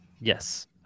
Yes